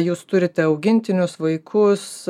jūs turite augintinius vaikus